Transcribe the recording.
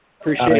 Appreciate